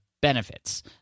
benefits